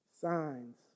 Signs